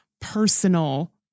personal